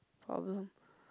problem